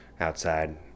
outside